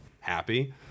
happy